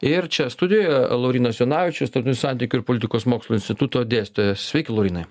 ir čia studijoje laurynas jonavičius tarptautinių santykių ir politikos mokslų instituto dėstytojas sveiki laurynai